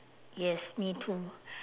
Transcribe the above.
yes me too